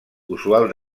usual